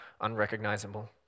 unrecognizable